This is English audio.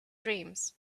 dreams